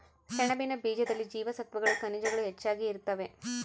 ಸೆಣಬಿನ ಬೀಜದಲ್ಲಿ ಜೀವಸತ್ವಗಳು ಖನಿಜಗಳು ಹೆಚ್ಚಾಗಿ ಇರುತ್ತವೆ